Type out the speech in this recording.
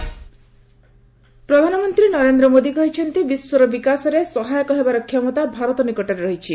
PM Kerala ପ୍ରଧାନମନ୍ତ୍ରୀ ନରେନ୍ଦ୍ର ମୋଦି କହିଛନ୍ତି ବିଶ୍ୱର ବିକାଶରେ ସହାୟକ ହେବାର କ୍ଷମତା ଭାରତ ନିକଟରେ ରହିଛି